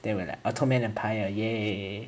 then we're the ottoman empire !yay!